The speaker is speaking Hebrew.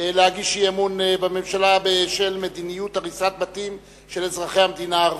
להגיש אי-אמון בממשלה בשל מדיניות הריסת בתים של אזרחי המדינה הערבים.